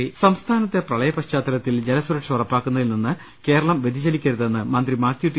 ്്്്്്് സംസ്ഥാനത്തെ പ്രളയ പശ്ചാത്തലത്തിൽ ജലസുരക്ഷ ഉറപ്പാക്കുന്ന തിൽ നിന്ന് കേരളം വ്യതിചലിക്കരുതെന്ന് മന്ത്രി മാത്യു ടി